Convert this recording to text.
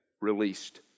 released